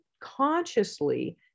consciously